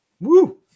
Woo